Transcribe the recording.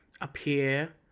appear